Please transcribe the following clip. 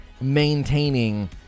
maintaining